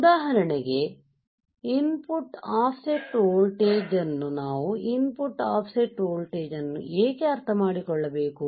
ಉದಾಹರಣೆಗೆ input offset voltage ಅನ್ನು ನಾವು input offset voltage ಅನ್ನು ಏಕೆ ಅರ್ಥಮಾಡಿಕೊಳ್ಳಬೇಕು